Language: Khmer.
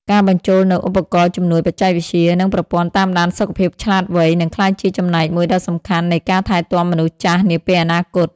ការបញ្ចូលនូវឧបករណ៍ជំនួយបច្ចេកវិទ្យា និងប្រព័ន្ធតាមដានសុខភាពឆ្លាតវៃ នឹងក្លាយជាចំណែកមួយដ៏សំខាន់នៃការថែទាំមនុស្សចាស់នាពេលអនាគត។